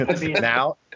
Now